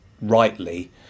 rightly